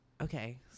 Okay